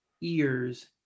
ears